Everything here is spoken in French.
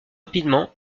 rapidement